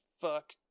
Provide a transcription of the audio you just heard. fuck